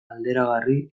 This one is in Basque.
alderagarri